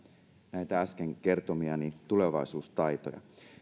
näitä äsken kertomiani tulevaisuustaitoja